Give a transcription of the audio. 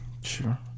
Sure